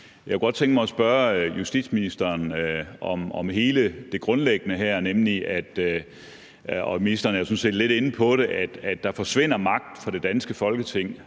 Jeg kunne godt tænke mig at spørge justitsministeren om hele det grundlæggende her, og ministeren er jo sådan set lidt inde